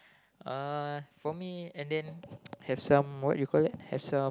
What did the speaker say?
uh for me and then have some what you call that have some